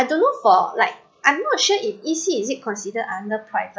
I don't know for like I'm not sure if E_C is it consider under